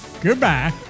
Goodbye